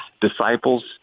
disciples